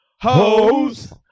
Hoes